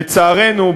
לצערנו,